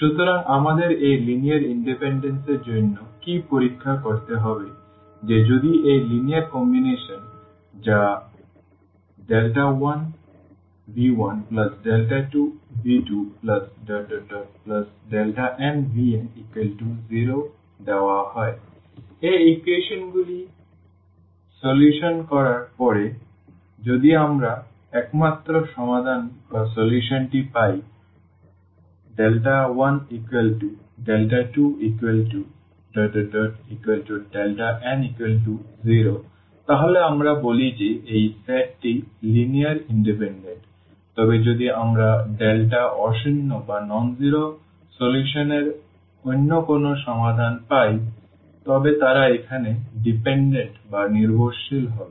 সুতরাং আমাদের এই লিনিয়ার ইনডিপেনডেন্স এর জন্য কী পরীক্ষা করতে হবে যে যদি এই লিনিয়ার কম্বিনেশন যা 1v12v2nvn0 দেওয়া হয় এই ইকুয়েশনগুলি সমাধান করার পরে যদি আমরা একমাত্র সমাধান টি পাই 12n0 তাহলে আমরা বলি যে এই সেটটি লিনিয়ারলি ইন্ডিপেন্ডেন্ট তবে যদি আমরা λs অশূন্য সমাধান এর অন্য কোনো সমাধান পাই তবে তারা এখানে নির্ভরশীল হবে